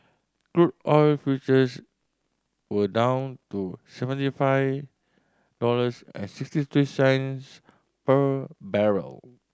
crude oil futures were down to seventy five dollars and six three cents per barrel